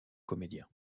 comédiens